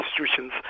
institutions